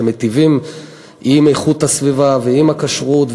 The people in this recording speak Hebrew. שמיטיבות עם איכות הסביבה ועם הכשרות,